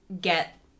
get